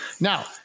Now